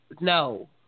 no